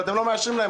ואתם לא מאשרים להם.